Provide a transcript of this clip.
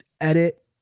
edit